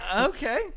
Okay